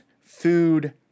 food